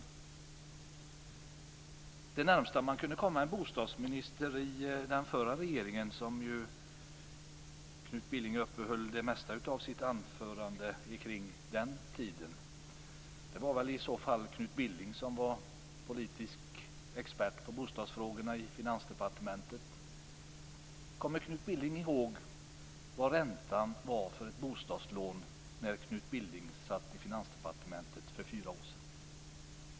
Det närmaste man kunde komma en bostadsminister i förra regeringen - Knut Billing uppehöll ju det mesta av sitt anförande kring den tiden - det var i så fall Kunt Billing som var politisk expert på bostadsfrågor i Finansdepartementet. Kommer Knut Billing ihåg hur hög räntan var för ett bostadslån när Knut Billing satt i Finansdepartementet för fyra år sedan?